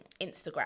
Instagram